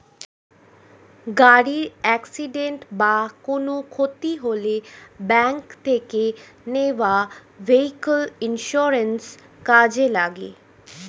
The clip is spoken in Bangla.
গাড়ির অ্যাকসিডেন্ট বা কোনো ক্ষতি হলে ব্যাংক থেকে নেওয়া ভেহিক্যাল ইন্সুরেন্স কাজে লাগে